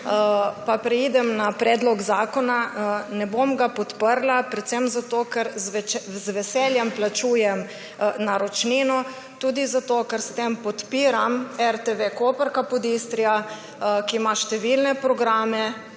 Preidem na predlog zakona. Ne bom ga podprla predvsem zato, ker z veseljem plačujem naročnino tudi zato, ker s tem podpiram RTV Koper Capodistria, ki ima številne programe,